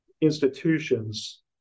institutions